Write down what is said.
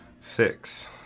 Six